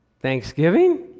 Thanksgiving